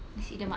nasi lemak